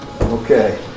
Okay